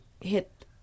hit